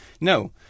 no